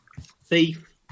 thief